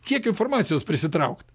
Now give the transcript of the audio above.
kiek informacijos prisitraukt